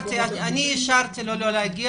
אישרתי לו לא להגיע,